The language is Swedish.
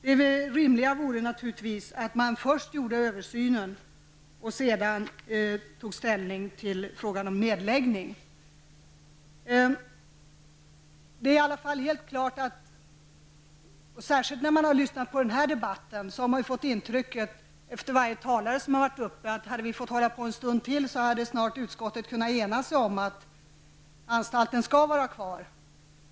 Det rimliga vore naturligtvis att först göra en översyn och sedan ta ställning till frågan om nedläggning. Efter att ha lyssnat på denna debatt, har man fått intrycket av att om alla talare hade fått hålla på en stund till hade utskottet kunnat ena sig om att anstalten skall vara kvar.